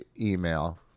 email